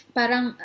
parang